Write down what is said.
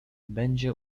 będzie